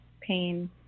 pain